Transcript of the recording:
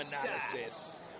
analysis